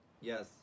Yes